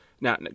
Now